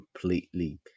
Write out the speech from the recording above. completely